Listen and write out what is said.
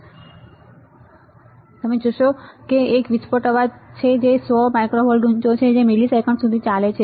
અને ત્યાં એક ભારે આયન પ્રત્યારોપણ છે જે તમે જોશો અથવા તમે જોશો કે ત્યાં એક વિસ્ફોટનો અવાજ છે જે સો માઇક્રો વોલ્ટ ઊંચો છે જે મિલિસેકન્ડ સુધી ચાલે છે